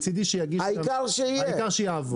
מצידי שיגישו, העיקר שיעבור.